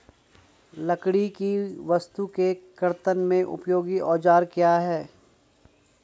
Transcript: लकड़ी की वस्तु के कर्तन में उपयोगी औजार क्या हैं?